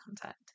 content